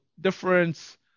difference